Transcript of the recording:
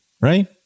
right